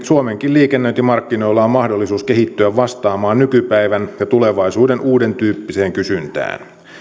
suomenkin liikennöintimarkkinoilla on mahdollisuus kehittyä vastaamaan nykypäivän ja tulevaisuuden uuden tyyppiseen kysyntään